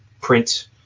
print